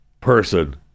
person